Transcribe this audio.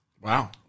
Wow